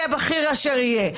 יהיה בכיר אשר יהיה,